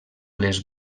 les